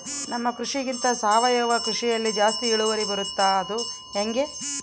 ನಮ್ಮ ಕೃಷಿಗಿಂತ ಸಾವಯವ ಕೃಷಿಯಲ್ಲಿ ಜಾಸ್ತಿ ಇಳುವರಿ ಬರುತ್ತಾ ಅದು ಹೆಂಗೆ?